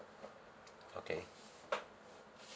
okay